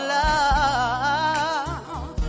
love